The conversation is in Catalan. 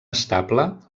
estable